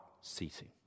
ceasing